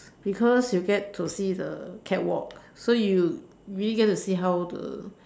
because you get to see the catwalk so you really get to see how the